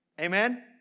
Amen